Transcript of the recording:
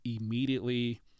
immediately